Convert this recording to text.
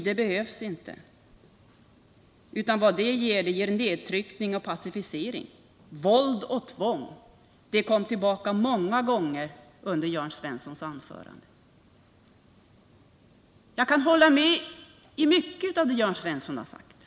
Dessa behandlingsformer behövs inte, för de ger nedtryckning och passivisering. Våld och tvång kom tillbaka många gånger i Jörn Svenssons anförande. Jag kan hålla med om mycket av det som Jörn Svensson har sagt.